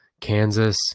Kansas